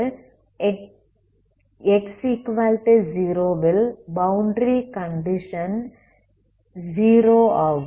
x 0 வில் boundary condition 0 ஆகும்